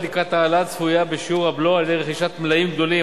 לקראת העלאה צפויה בשיעור הבלו על-ידי רכישת מלאים גדולים,